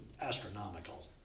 astronomical